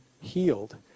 healed